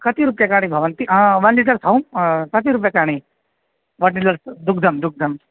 कति रूप्यकाणि भवन्ति आ वन् लीटर्स् हों कति रूप्यकाणि वा र्टिलर्स् दुग्धं दुग्धम्